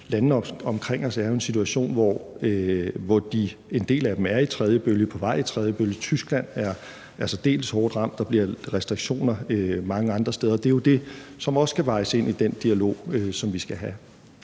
Landene omkring os er jo i en situation, hvor en del af dem er i tredje bølge, på vej i tredje bølge, Tyskland er særdeles hårdt ramt, og der er restriktioner mange andre steder, og det er jo det, som også skal vejes med i den dialog, som vi skal have.